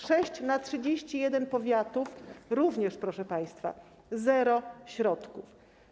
Sześć na 31 powiatów również, proszę państwa - zero środków.